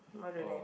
why don't have